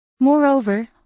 Moreover